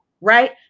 right